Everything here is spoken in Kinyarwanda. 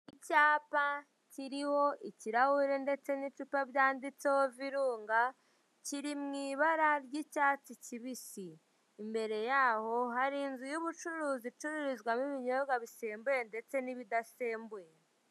Icyapa kiriho ikirahure ndetse n'icupa byanditseho virunga kiri mu ibara ry'icyatsi kibisi, imbere yaho hari inzu y'ubucuruzi icururizwamo ibinyobwa bisembuye ndetse n'ibidasembuye.